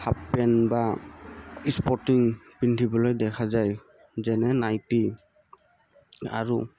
half pant বা sporting পিন্ধিবলৈ দেখা যায় যেনে নাইটি আৰু